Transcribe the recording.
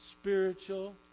spiritual